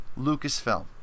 Lucasfilm